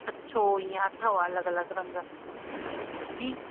अछो इअं अथव अलॻि अलॻि रंग जी